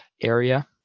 area